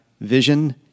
vision